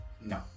No